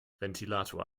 ventilator